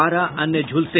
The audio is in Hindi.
बारह अन्य झुलसे